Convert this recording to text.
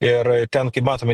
ir ten kaip matome